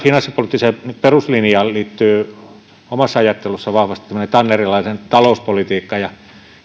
finanssipoliittiseen peruslinjaan liittyy omassa ajattelussani vahvasti tämmöinen tannerilainen talouspolitiikka ja